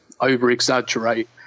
over-exaggerate